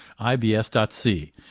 IBS.C